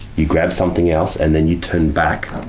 you grab something else, and then you turn back,